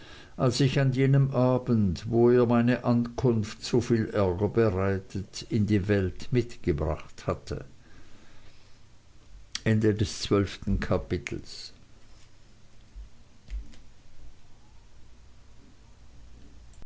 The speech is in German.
als ich an jenem abend wo ihr meine ankunft so viel ärger bereitet in die welt mitgebracht hatte